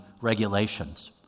regulations